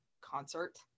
concert